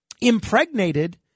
impregnated